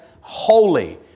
holy